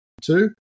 two